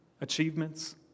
achievements